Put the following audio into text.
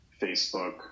facebook